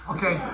Okay